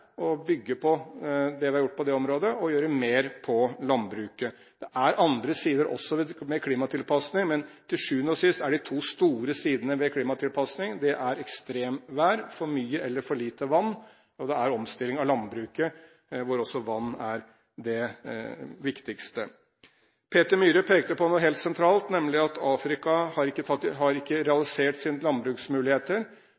å bygge på det vi har gjort på det området, og å gjøre mer på landbruket. Det er også andre sider ved klimatilpasning, men til sjuende og sist er de to store sidene ved klimatilpasning ekstremvær – for mye eller for lite vann – og det er omstilling av landbruket, hvor også vann er det viktigste. Peter N. Myhre pekte på noe helt sentralt, nemlig at Afrika ikke har